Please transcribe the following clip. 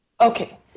Okay